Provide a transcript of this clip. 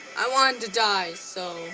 i want to die so